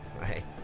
Right